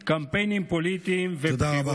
קמפיינים פוליטיים ובחירות.